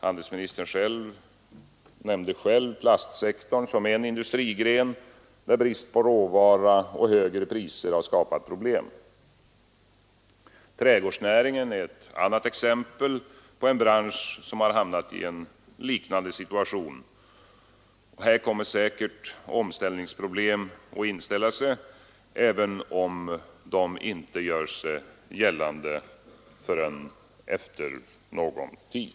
Handelsministern nämnde själv plastsektorn som en industrigren där brist på råvara och högre priser skapat problem. Trädgårdsnäringen är en annan bransch som har hamnat i liknande situation. Där kommer säkert omställningsproblem att inställa sig, även om de inte gör sig gällande förrän efter en tid: